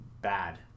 bad